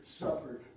suffered